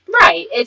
Right